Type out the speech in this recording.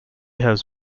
has